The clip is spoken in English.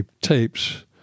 tapes